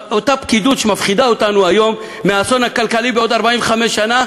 שמפחידה אותנו היום מהאסון הכלכלי בעוד 45 שנה,